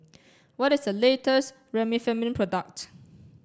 what is the latest Remifemin product